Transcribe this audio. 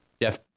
Jeff